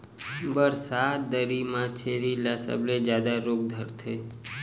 बरसात दरी म छेरी ल सबले जादा रोग धरथे